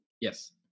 Yes